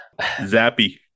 Zappy